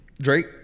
Drake